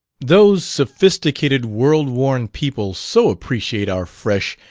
those sophisticated, world-worn people so appreciate our fresh,